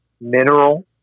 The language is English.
mineral